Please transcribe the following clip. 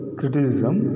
criticism